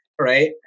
right